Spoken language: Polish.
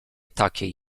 takiej